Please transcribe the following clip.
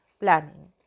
planning